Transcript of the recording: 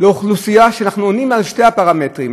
לאוכלוסייה כשאנחנו עונים על שני הפרמטרים,